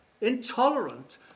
intolerant